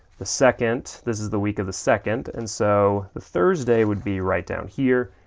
the second, this is the week of the second. and so the thursday would be right down here,